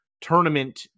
tournament